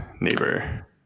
neighbor